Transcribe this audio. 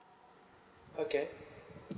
okay